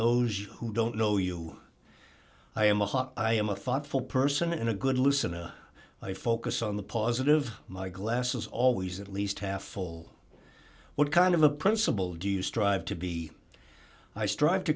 those who don't know you i am a hot i am a thoughtful person in a good lucena i focus on the positive my glass is always at least half full what kind of a principal do you strive to be i strive to